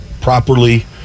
properly